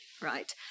right